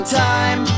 time